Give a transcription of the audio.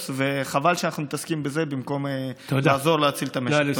חבל שאנחנו מתעסקים בזה במקום לעזור להציל את המשק.